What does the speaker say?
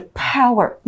power